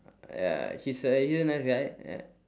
ya he's a he's a nice guy